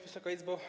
Wysoka Izbo!